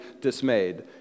dismayed